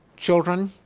children,